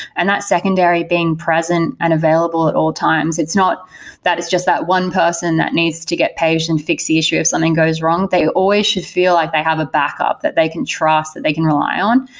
and that secondary being present and available at all times. it's not that it's just that one person that needs to get paged and fix the issue if something goes wrong. they always should feel like they have a backup that they can trust, they can rely on.